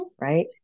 Right